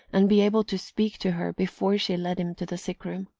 and be able to speak to her before she led him to the sick-room.